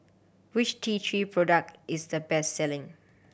which T Three product is the best selling